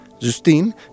Justine